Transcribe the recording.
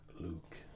Luke